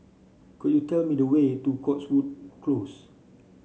could you tell me the way to Cotswold Close